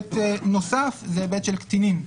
היבט נוסף זה היבט של קטינים.